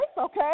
okay